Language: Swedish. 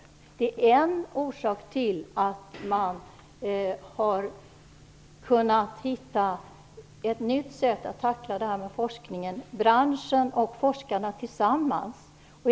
Det är en orsak till att man har kunnat hitta ett nytt sätt att tackla det här med forskningen, nämligen att branschen och forskarna skall arbeta tillsammans.